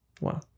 Wow